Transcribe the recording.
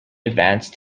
advanced